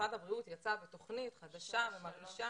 משרד הבריאות יצא בתוכנית חדשה ומנגישה